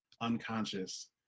unconscious